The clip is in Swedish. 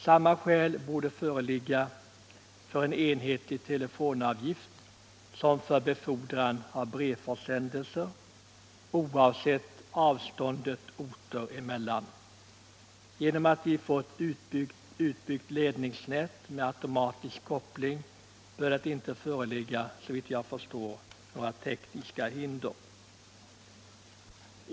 Samma skäl borde föreligga för en enhetlig telefonavgift som för befordran av brevförsändelser oavsett avståndet orter emellan. Genom att vi har fått ett utbyggt ledningsnät med automatisk koppling bör det, såvitt jag förstår, inte föreligga några tekniska hinder.